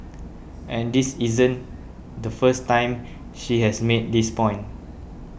and this isn't the first time she has made this point